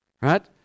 right